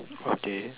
okay